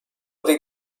dei